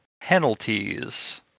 penalties